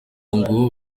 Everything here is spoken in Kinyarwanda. ngo